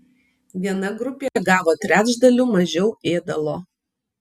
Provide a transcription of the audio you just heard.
viena grupė gavo trečdaliu mažiau ėdalo